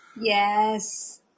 Yes